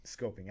scoping